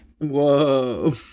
Whoa